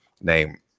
name